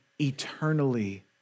eternally